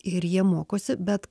ir jie mokosi bet